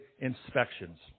inspections